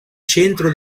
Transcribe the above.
centro